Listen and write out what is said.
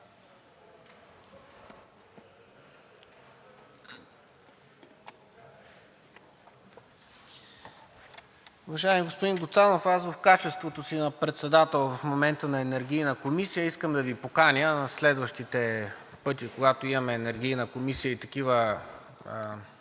Уважаеми господин Гуцанов, в качеството си на председател в момента на Енергийната комисия искам да Ви поканя следващите пъти, когато имаме Енергийна комисия и такива